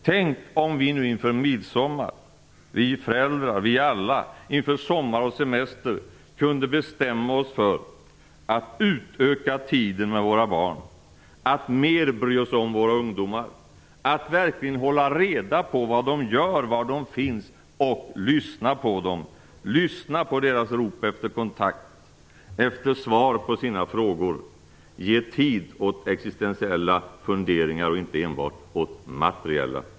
Tänk om vi föräldrar och vi alla nu inför midsommaren, inför sommar och semester, kunde bestämma oss för att utöka tiden med våra barn, för att mer bry oss om våra ungdomar, för att verkligen hålla reda på vad de gör, var de finns, och lyssna på dem, lyssna på deras rop efter kontakt, efter svar på de egna frågorna, ge tid åt existensiella funderingar och inte enbart åt materiella!